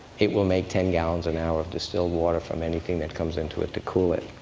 it will make ten gallons an hour of distilled water from anything that comes into it to cool it.